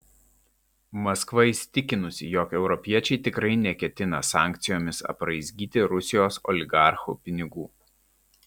maskva įsitikinusi jog europiečiai tikrai neketina sankcijomis apraizgyti rusijos oligarchų pinigų